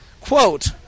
quote